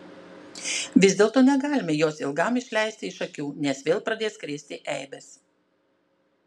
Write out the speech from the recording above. vis dėlto negalime jos ilgam išleisti iš akių nes vėl pradės krėsti eibes